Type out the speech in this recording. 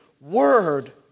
Word